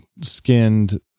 skinned